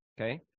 okay